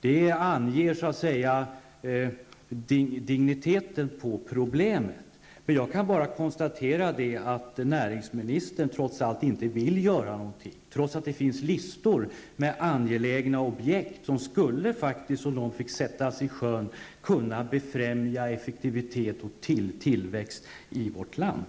Det anger så att säga digniteten på problemet. Jag kan bara konstatera att näringsministern inte vill göra någonting, trots att det finns listor med angelägna objekt som, om de fick sättas i sjön, skulle kunna befrämja effektivitet och tillväxt i vårt land.